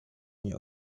nie